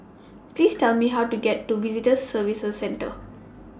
Please Tell Me How to get to Visitor Services Centre